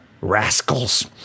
rascals